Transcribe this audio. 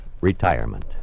retirement